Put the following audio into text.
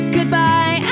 Goodbye